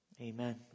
Amen